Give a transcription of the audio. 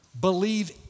Believe